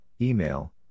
email